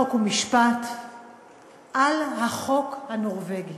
חוק ומשפט על החוק הנורבגי.